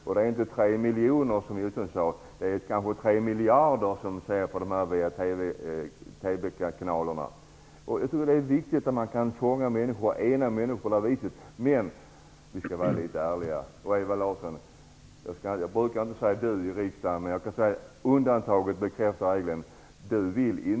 Det handlar inte om 3 miljoner, som Ingemar Josefsson sade, utan kanske om 3 miljarder som ser på detta via TV Det är viktigt att man kan fånga och ena människor på det här viset. Men vi skall vara litet ärliga. Ewa Larsson! Du vill inte ha ett OS i Sverige. Jag brukar inte säga du i riksdagen, men undantaget bekräftar regeln.